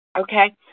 Okay